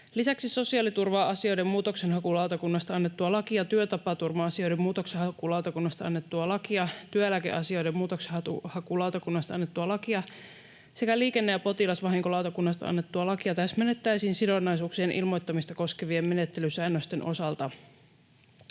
Lisäksi sosiaaliturva-asioiden muutoksenhakulautakunnasta annettua lakia, työtapaturma-asioiden muutoksenhakulautakunnasta annettua lakia, työeläkeasioiden muutoksenhakulautakunnasta annettua lakia sekä liikenne- ja potilasvahinkolautakunnasta annettua lakia täsmennettäisiin sidonnaisuuksien ilmoittamista koskevien menettelysäännösten osalta.